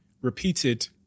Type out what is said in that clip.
repeated